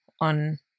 on